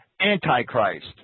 antichrist